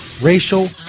racial